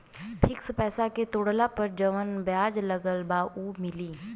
Fix पैसा के तोड़ला पर जवन ब्याज लगल बा उ मिली?